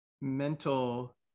mental